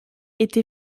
été